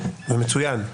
זה מצוין,